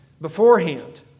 beforehand